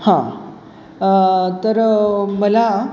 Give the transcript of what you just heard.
हां तर मला